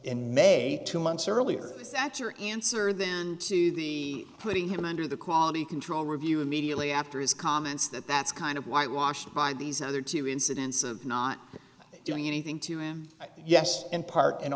in may two months earlier that's your answer then to the putting him under the quality control review immediately after his comments that that's kind of whitewashed find these other two incidents of not doing anything to him yes in part and